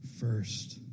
first